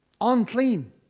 unclean